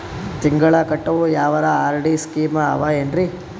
ತಿಂಗಳ ಕಟ್ಟವು ಯಾವರ ಆರ್.ಡಿ ಸ್ಕೀಮ ಆವ ಏನ್ರಿ?